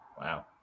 wow